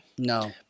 No